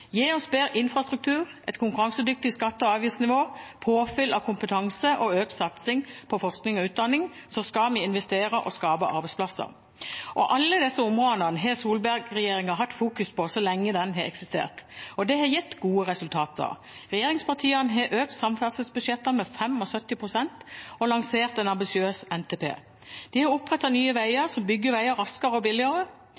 Gi oss bedre infrastruktur, et konkurransedyktig skatte- og avgiftsnivå, påfyll av kompetanse og økt satsing på forskning og utdanning, så skal vi investere og skape arbeidsplasser. Alle disse områdene har Solberg-regjeringen fokusert på så lenge den har eksistert. Det har gitt gode resultater. Regjeringspartiene har økt samferdselsbudsjettene med 75 pst. og lansert en ambisiøs NTP. De har opprettet Nye Veier,